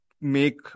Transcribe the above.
make